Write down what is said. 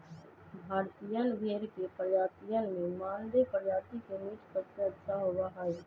भारतीयन भेड़ के प्रजातियन में मानदेय प्रजाति के मीट सबसे अच्छा होबा हई